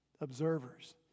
observers